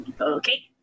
Okay